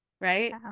Right